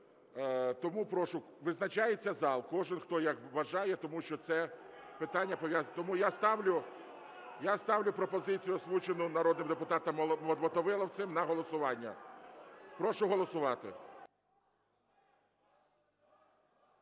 Тому прошу, визначається зал, кожен, хто як вважає, тому що це питання... Тому я ставлю пропозицію, озвучену народним депутатом Мотовиловцем, на голосування. Прошу голосувати.